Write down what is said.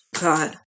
God